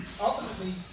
ultimately